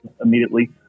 immediately